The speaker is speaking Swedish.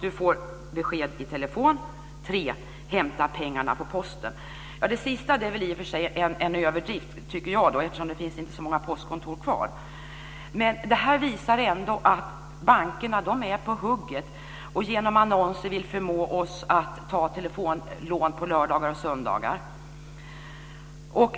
Du får besked i telefon Det sista är väl i och för sig en överdrift tycker jag, eftersom det inte finns så många postkontor kvar. Men detta visar ändå att bankerna är på hugget och genom annonser vill förmå oss att ta telefonlån på lördagar och söndagar.